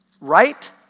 Right